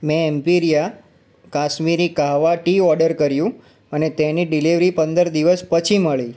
મેં Emperia Kashmiri kahwa tea order કર્યું અને તેની ડીલિવરી પંદર દિવસ પછી મળી